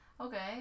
okay